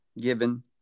given